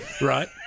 right